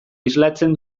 islatzen